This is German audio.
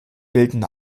bilden